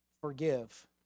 Forgive